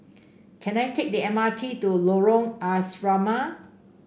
can I take the M R T to Lorong Asrama